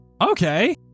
Okay